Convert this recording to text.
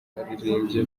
waririmbye